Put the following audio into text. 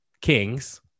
kings